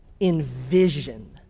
envision